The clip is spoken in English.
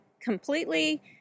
completely